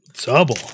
Double